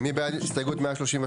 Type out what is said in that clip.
מי בעד הסתייגות 139?